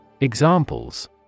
Examples